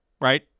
right